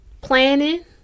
planning